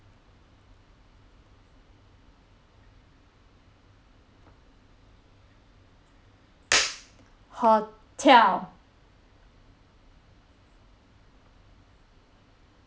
hotel